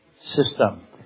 system